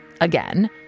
again